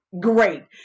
great